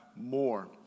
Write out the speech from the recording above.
more